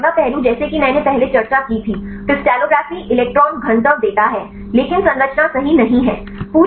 इसलिए अब अगला पहलू जैसा कि मैंने पहले चर्चा की थी क्रिस्टलोग्राफी इलेक्ट्रॉन घनत्व देता है लेकिन संरचना सही नहीं है